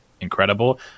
incredible